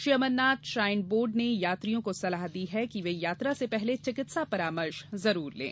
Shri Amarnath shrine board ने यात्रियों को सलाह दी गई है कि वे यात्रा से पहले चिकित्सा परामर्श अवश्य लें